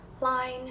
line